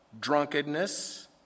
Drunkenness